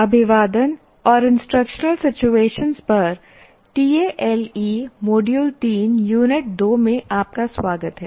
अभिवादन और instructional situations पर टीएएलई मॉड्यूल 3 यूनिट 2 में आपका स्वागत है